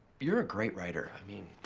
you're a great writer. i mean.